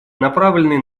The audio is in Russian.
направленные